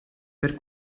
per